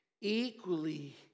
equally